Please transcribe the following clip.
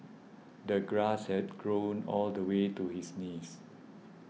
the grass had grown all the way to his knees